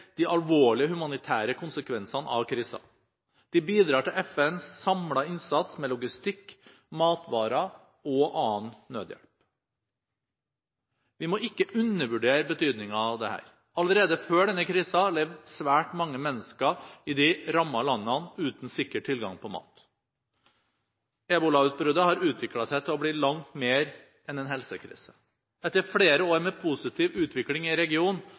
de alvorlige humanitære konsekvensene av krisen. De bidrar til FNs samlede innsats med logistikk, matvarer og annen nødhjelp. Vi må ikke undervurdere betydningen av dette. Allerede før denne krisen levde svært mange mennesker i de rammede landene uten sikker tilgang på mat. Ebolautbruddet har utviklet seg til å bli langt mer enn en helsekrise. Etter flere år med positiv utvikling i regionen,